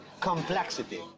Complexity